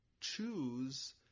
choose